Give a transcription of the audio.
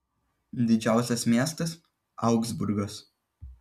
didžiausias miestas augsburgas